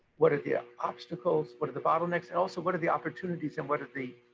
what are the ah obstacles? what are the bottlenecks and also what are the opportunities and what are the